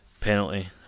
penalty